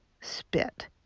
spit